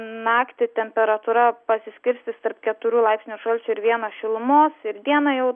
naktį temperatūra pasiskirstys tarp keturių laipsnių šalčio ir vieno šilumos ir dieną jau